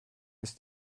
ist